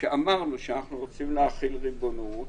שאמרנו שאנחנו רוצים להחיל ריבונות.